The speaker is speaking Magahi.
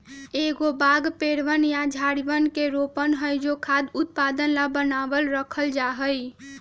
एगो बाग पेड़वन या झाड़ियवन के रोपण हई जो खाद्य उत्पादन ला बनावल रखल जाहई